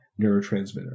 neurotransmitter